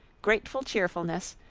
grateful cheerfulness,